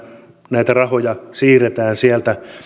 näitä rahoja siirretään sieltä